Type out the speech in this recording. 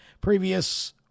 previous